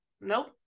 Nope